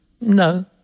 no